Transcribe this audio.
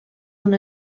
una